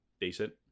Decent